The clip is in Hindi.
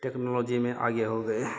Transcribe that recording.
टेक्नोलोजी में आगे हो गए